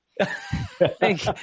Thank